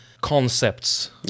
concepts